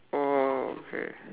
okay